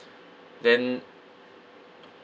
then